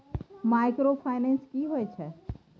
Microfinance की होय छै?